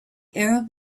arab